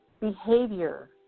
behavior